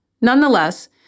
Nonetheless